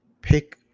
pick